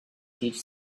teach